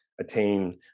attain